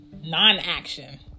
non-action